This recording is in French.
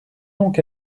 donc